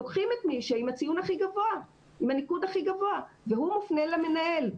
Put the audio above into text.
לוקחים את מי שעם הניקוד הכי גבוה והוא מופנה למנהל.